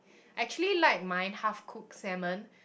actually like mine half cooked salmon